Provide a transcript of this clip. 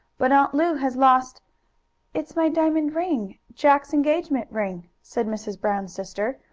but aunt lu has lost it's my diamond ring jack's engagement ring, said mrs. brown's sister.